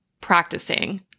practicing